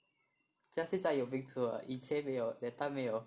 我家现在有冰橱了以前没有 that time 没有